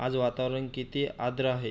आज वातावरण किती आर्द्र आहे